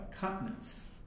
continents